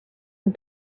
and